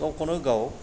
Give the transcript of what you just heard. गावखौनो गाव